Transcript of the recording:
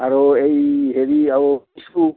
আৰু এই হেৰি আৰু